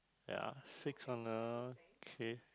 ya six on the okay